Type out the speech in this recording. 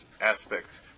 aspects